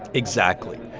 exactly.